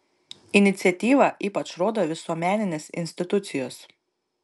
iniciatyvą ypač rodo visuomeninės institucijos